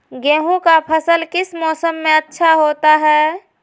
गेंहू का फसल किस मौसम में अच्छा होता है?